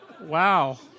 Wow